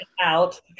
out